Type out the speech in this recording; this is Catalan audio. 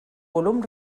volum